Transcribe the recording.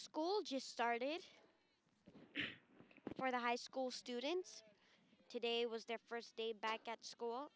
school just started for the high school students today was their first day back at school